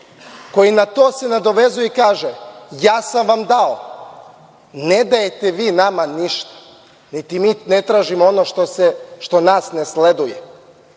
koji se na to nadovezuje i kaže – ja sam vam dao. Ne dajete vi nama ništa, niti mi tražimo ono što nas ne sleduje.